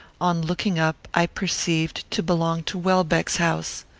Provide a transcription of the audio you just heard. on looking up, i perceived to belong to welbeck's house.